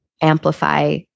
amplify